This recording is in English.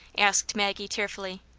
asked maggie, tearfully.